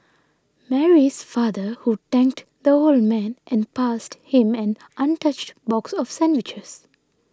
Mary's father who thanked the old man and passed him an untouched box of sandwiches